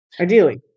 ideally